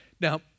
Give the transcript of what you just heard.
Now